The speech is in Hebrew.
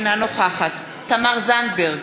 אינה נוכחת תמר זנדברג,